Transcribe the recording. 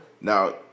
now